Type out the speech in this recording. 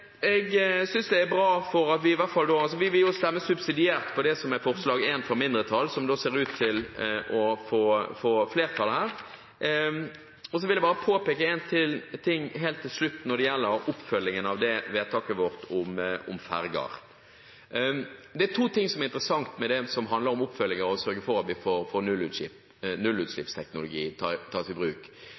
Vi vil stemme subsidiært for det som er forslag nr. 1, fra mindretallet, som da ser ut til å få flertall her. Så vil jeg bare påpeke en ting helt til slutt når det gjelder oppfølgingen av vedtaket vårt om ferger. Det er to ting som er interessant ved det som handler om oppfølging av å sørge for at nullutslippsteknologi tas i bruk. Statsråden har tidligere vært bekymret for at en god del av gammel teknologi kommer til å bli skrotet. Det vi